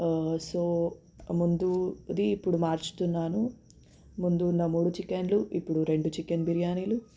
so ముందుది ఇప్పుడు మార్చుతున్నాను ముందున్న మూడు చికెన్లు ఇప్పుడు రెండు చికెన్ బిర్యానీలు